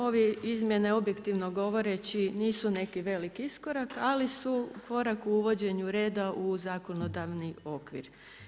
Ove izmjene objektivno govoreći nisu neki veliki iskorak ali su korak u uvođenju reda u zakonodavni okvir.